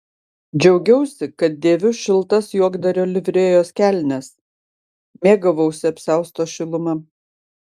džiaugiausi kad dėviu šiltas juokdario livrėjos kelnes mėgavausi apsiausto šiluma